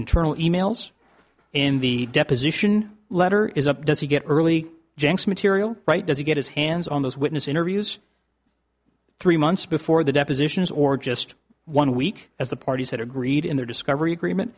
internal e mails in the deposition letter is up does he get early janks material right does he get his hands on those witness interviews three months before the depositions or just one week as the parties had agreed in their discovery agreement